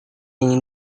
ingin